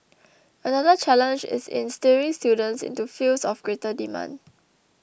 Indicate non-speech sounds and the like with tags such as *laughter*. *noise* another challenge is in steering students into fields of greater demand